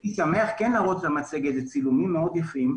הייתי שמח להראות את המצגת שיש בה צילומים מאוד יפים.